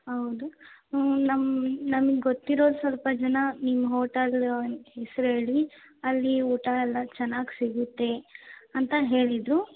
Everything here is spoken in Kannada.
ಹೌದು ನಮ್ಮ ನಮ್ಗೆ ಗೊತ್ತಿರೋರು ಸ್ವಲ್ಪ ಜನ ನಿಮ್ಮ ಹೋಟಲಿನ್ ಹೆಸ್ರು ಹೇಳಿ ಅಲ್ಲಿ ಊಟ ಎಲ್ಲ ಚೆನ್ನಾಗಿ ಸಿಗುತ್ತೆ ಅಂತ ಹೇಳಿದರು